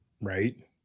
right